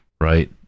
right